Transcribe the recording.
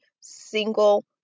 single